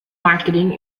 marketing